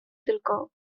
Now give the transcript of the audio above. tylko